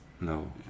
No